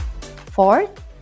Fourth